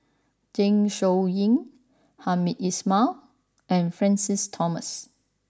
Zeng Shouyin Hamed Ismail and Francis Thomas